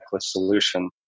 solution